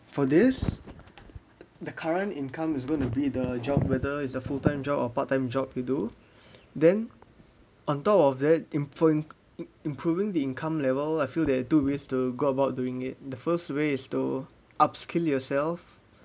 for this the current income is gonna be the job whether is a full time job or part time job you do then on top of that improve improving the income level I feel there are two ways to go about doing it the first way is to upskill yourself